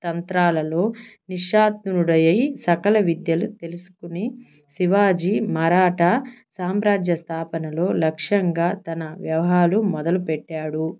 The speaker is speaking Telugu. తంత్రాలలో నిషాత్నుడై సకల విద్యలు తెలుసుకుని శివాజీ మరాఠా సామ్రాజ్య స్థాపనలో లక్ష్యంగా తన వ్యవహారాలు మొదలుపెట్టాడు